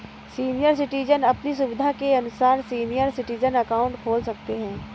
senior citizen अपनी सुविधा के अनुसार सीनियर सिटीजन अकाउंट खोल सकते है